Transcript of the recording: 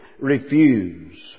refuse